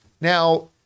now